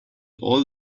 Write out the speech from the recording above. all